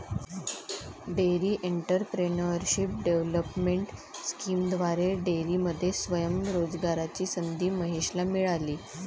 dairy entrepreneurship development स्कीमद्वारे डेअरीमध्ये स्वयं रोजगाराची संधी महेशला मिळाली